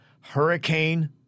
hurricane